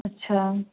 अच्छा